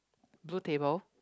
blue table